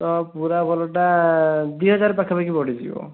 ହଁ ପୁରା ଭଲଟା ଦୁଇ ହଜାର ପାଖାପାଖି ପଡ଼ିଯିବ